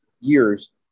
years